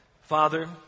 Father